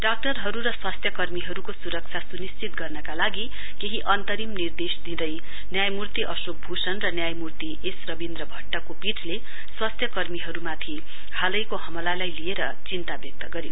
डाक्टरहरू र स्वास्थ्यकर्मीहरूको सुरक्षा सुनिश्चित गर्नका लागि केही अन्तरिम निर्देश दिँदै न्यायमूर्ति अशोक भूषण र न्यायमूर्ति एस रविन्द्र भट्टको पीठले स्वास्थ्य कर्मीहरूमाथि हालैको हमलालाई लिएर चिन्ता व्यक्त गर्नुभयो